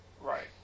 Right